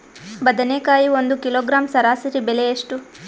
ಬದನೆಕಾಯಿ ಒಂದು ಕಿಲೋಗ್ರಾಂ ಸರಾಸರಿ ಬೆಲೆ ಎಷ್ಟು?